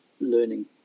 learning